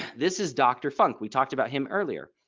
this is dr. funk. we talked about him earlier.